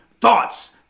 thoughts